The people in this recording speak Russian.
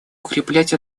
укреплять